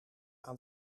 aan